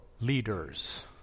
leaders